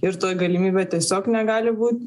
ir tokia galimybė tiesiog negali būt